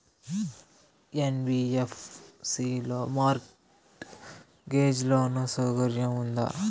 NBFC లో mortgage loan సౌకర్యం ఉందా?